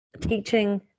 teaching